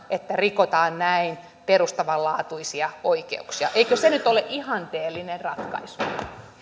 että rikotaan näin perustavanlaatuisia oikeuksia eikö se nyt ole ihanteellinen ratkaisu sitten